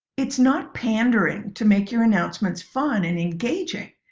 it's not pandering to make your announcements fun and engaging.